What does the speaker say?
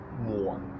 more